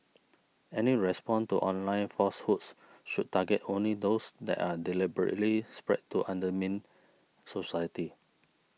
any response to online falsehoods should target only those that are deliberately spread to undermine society